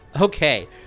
Okay